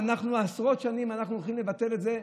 היום, אחרי עשרות שנים, אנחנו הולכים לבטל את זה.